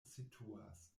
situas